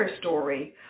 story